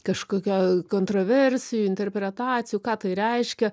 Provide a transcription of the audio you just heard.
kažkokio kontroversijų interpretacijų ką tai reiškia